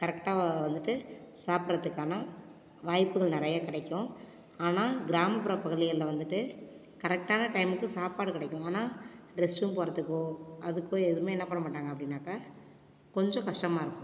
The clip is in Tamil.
கரெக்டாக வந்துட்டு சாப்பிட்றதுக்கான வாய்ப்புகள் நிறைய கிடைக்கும் ஆனால் கிராமப்புற பகுதிகளில் வந்துட்டு கரெக்டான டையமுக்கு சாப்பாடு கிடைக்கும் ஆனால் ரெஸ்ட்ரூம் போகிறதுக்கோ அதுக்கோ எதுவுமே என்ன பண்ணமாட்டாங்க அப்படினாக்கா கொஞ்சம் கஷ்டமாக இருக்கும்